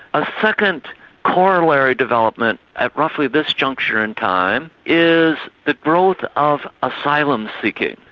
a second corollary development at roughly this juncture in time is the growth of asylum seeking.